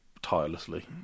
tirelessly